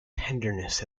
tenderness